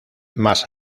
más